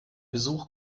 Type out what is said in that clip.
besuch